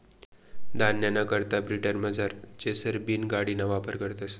धान्यना करता ब्रिटनमझार चेसर बीन गाडिना वापर करतस